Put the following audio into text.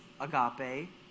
agape